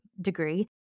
degree